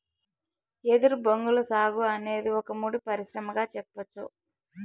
ఎదురు బొంగుల సాగు అనేది ఒక ముడి పరిశ్రమగా సెప్పచ్చు